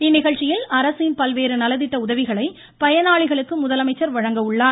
இந்நிகழ்ச்சியில் அரசின் பல்வேறு நலத்திட்ட உதவிகளை பயனாளிகளுக்கு முதலமைச்சர் வழங்க உள்ளார்